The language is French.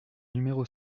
numéro